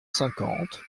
cinquante